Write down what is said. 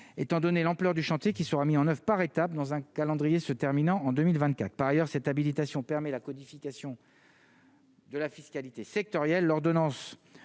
étant donné l'ampleur du chantier qui sera mis en Oeuvres par étapes dans un calendrier se terminant en 2024 par ailleurs cette habilitation permet la codification. De la fiscalité sectorielle